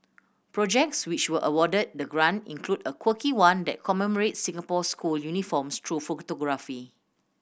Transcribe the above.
projects which were awarded the grant include a quirky one that commemorates Singapore's school uniforms through photography